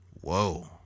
Whoa